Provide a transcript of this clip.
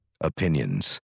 Opinions